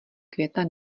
květa